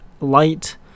light